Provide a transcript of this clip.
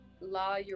La